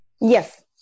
Yes